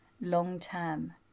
long-term